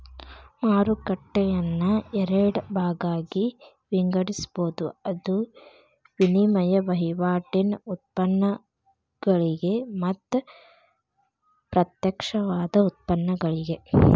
ಮಾರುಕಟ್ಟೆಯನ್ನ ಎರಡ ಭಾಗಾಗಿ ವಿಂಗಡಿಸ್ಬೊದ್, ಅದು ವಿನಿಮಯ ವಹಿವಾಟಿನ್ ಉತ್ಪನ್ನಗಳಿಗೆ ಮತ್ತ ಪ್ರತ್ಯಕ್ಷವಾದ ಉತ್ಪನ್ನಗಳಿಗೆ